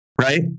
right